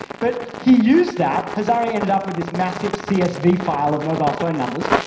but he used that, hazare ended up with this massive csv file of mobile phone numbers,